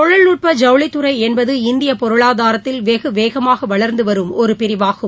தொழில்நுட்ப ஜவுளித்துறை என்பது இந்திய பொருளாதாரத்தில் வெகுவேகமாக வளர்ந்துவரும் ஒரு பிரிவாகும்